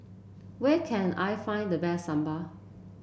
where can I find the best Sambal